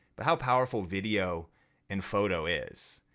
but how powerful video and photo is.